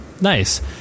nice